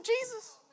Jesus